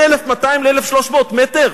בין 1,200 ל-1,300 מטר.